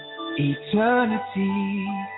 Eternity